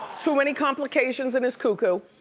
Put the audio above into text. so many complications in his coo-coo.